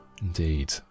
Indeed